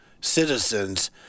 citizens